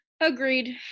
agreed